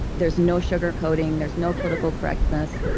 there's no sugar coating. there's no political correctness.